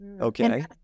Okay